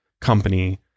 company